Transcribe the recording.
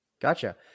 Gotcha